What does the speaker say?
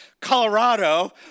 Colorado